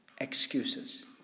excuses